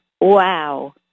Wow